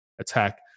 attack